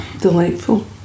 delightful